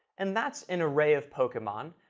and that's an array of pokemon.